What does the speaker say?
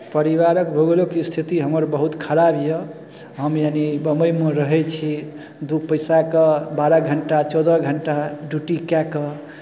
परिवारक भोगौलिक स्थिति हमर बहुत खराब यए हम यानि बम्बइमे रहै छी दू पैसाके बारह घंटा चौदह घंटा ड्यूटी कए कऽ